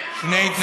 שני תנאים מצטברים,